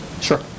Sure